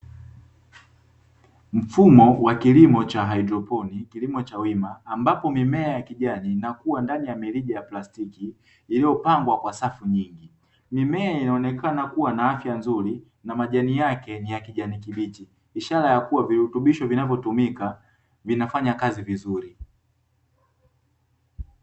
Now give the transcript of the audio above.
Mfumo wa kilimo cha hydroponi kilimo cha wima ambapo mimea ya kijani na kuwa ndani ya merija ya plastiki iliyopangwa kwa safu nyingi, mimea inaonekana kuwa na afya nzuri na majani yake ni ya kijani kibiti ishara ya kuwa virutubisho vinavyotumika vinafanya kazi vizuri.